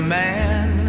man